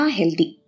healthy